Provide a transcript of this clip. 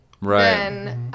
Right